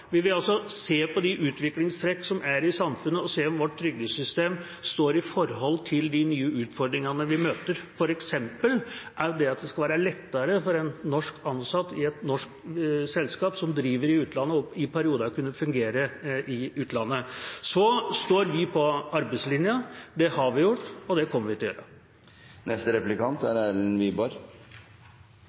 vi vil ha. Vi vil se på de utviklingstrekk som er i samfunnet, og se om vårt trygdesystem står i forhold til de nye utfordringene vi møter, f.eks. det at det skal være lettere for en norsk ansatt i et norsk selskap som driver i utlandet, i perioder å kunne fungere i utlandet. Så står vi på arbeidslinja – det har vi gjort, og det kommer vi til å gjøre.